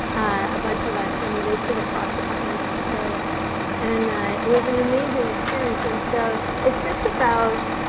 a bunch of us and we raced it across the continent of australia and it was an amazing experience and so, it's just about,